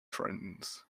trends